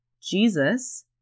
Jesus